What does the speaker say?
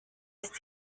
ist